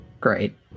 Great